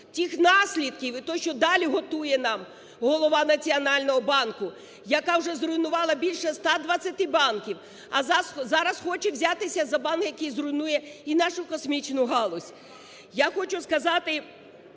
тих наслідків і те, що далі готує нам голова Національного банку, яка вже зруйнувала більше 120 банків, а зараз хоче взятися за банк, який зруйнує і нашу космічну галузь.